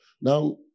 Now